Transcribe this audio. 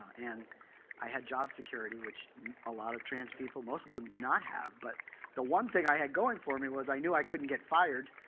and i had job security, which a lot of trans people most of them do not have. but the one thing i had going for me was, i knew i couldn't get fired.